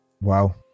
Wow